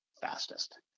fastest